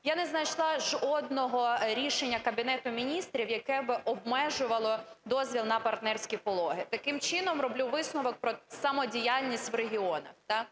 Я не знайшла жодного рішення Кабінету Міністрів, яке би обмежувало дозвіл на партнерські пологи. Таким чином, роблю висновок про самодіяльність в регіонах.